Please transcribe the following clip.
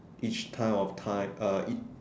each point of time each